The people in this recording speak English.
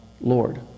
Lord